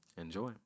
Enjoy